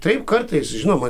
taip kartais žinoma